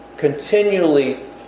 Continually